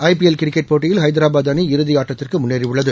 IPL cricket போட்டியில் ஹைதாரபாத் அணி இறுதி ஆட்டத்திற்கு முன்னேறியுள்ளது